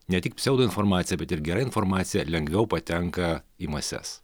ne tik pseudoinformacija bet ir gera informacija lengviau patenka į mases